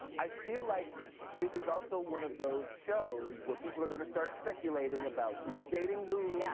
i feel like this is also one of those shows where people are gonna start speculating about who's dating who, yeah